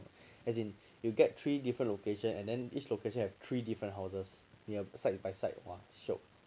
as in you get three different location and then each location have three different houses near side by side !wah! shiok